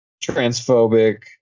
transphobic